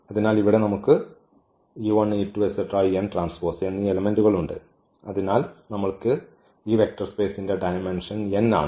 അതിനാൽ ഇവിടെ നമുക്ക് എന്നീ എലെമെന്റുകളുണ്ട് അതിനാൽ നമ്മൾക്ക് ഈ വെക്റ്റർ സ്പേസിന്റെ ഡയമെന്ഷൻ n ആണ്